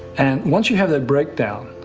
and once you have that breakdown,